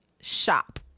shop